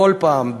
כל פעם.